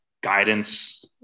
guidance